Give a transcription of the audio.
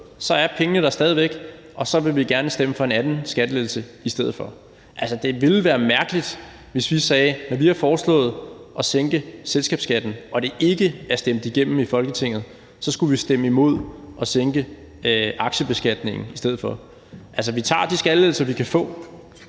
er pengene der stadig væk, og så vil vi gerne stemme for en anden skattelettelse i stedet for. Det ville være mærkeligt, hvis vi, når vi har foreslået at sænke selskabsskatten og det ikke er stemt igennem i Folketingssalen, skulle stemme imod at sænke aktiebeskatningen i stedet for. Altså, vi tager de skattelettelser, vi kan få,